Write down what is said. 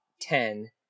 ten